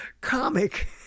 comic